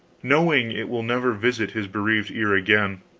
knowing it will never visit his bereaved ear again.